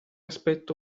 aspetto